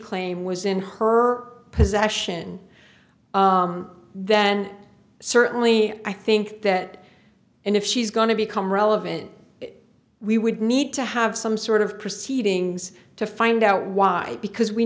claim was in her possession then certainly i think that and if she's going to become relevant we would need to have some sort of proceedings to find out why because we